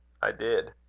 i did.